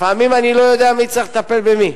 לפעמים אני לא יודע מי צריך לטפל במי,